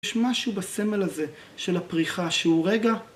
יש משהו בסמל הזה של הפריחה שהוא רגע